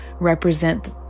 represent